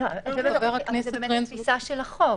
-- זאת התפיסה של החוק.